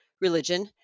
religion